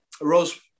Rose